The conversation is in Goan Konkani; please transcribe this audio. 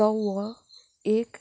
एक